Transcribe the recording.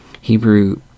Hebrew